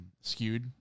Skewed